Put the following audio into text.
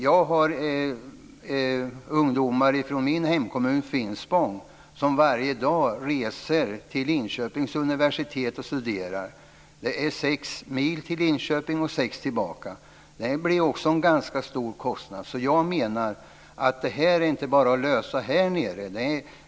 Jag har ungdomar i min hemkommun Finspång som varje dag reser till Linköpings universitet och studerar. Det är sex mil till Linköping och sex mil tillbaka. Det blir också en ganska stor kostnad. Jag menar alltså att det inte bara gäller att lösa det här problemet.